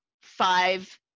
five